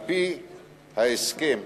על-פי ההסכם,